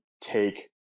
take